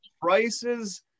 prices